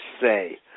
say